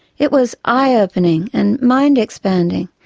it was eye-opening and mind-expanding,